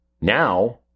Now